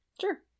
Sure